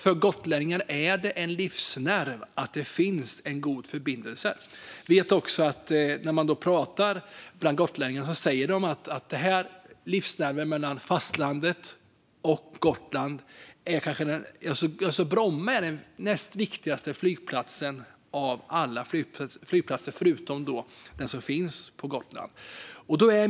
För gotlänningar är det en livsnerv att det finns en god förbindelse mellan fastlandet och Gotland. När man pratar med gotlänningar säger de att Bromma är den näst viktigaste flygplatsen av alla efter den som finns på Gotland.